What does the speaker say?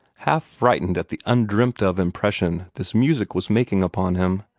half frightened at the undreamt-of impression this music was making upon him.